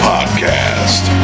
Podcast